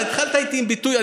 התחלת איתי עם ביטוי.